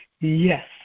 Yes